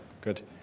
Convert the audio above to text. good